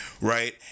right